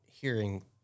Hearing